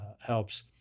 helps